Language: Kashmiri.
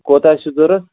کوتاہ چھُ ضوٚرَتھ